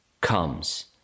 comes